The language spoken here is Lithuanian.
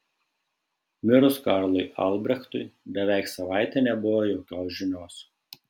mirus karlui albrechtui beveik savaitę nebuvo jokios žinios